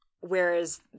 whereas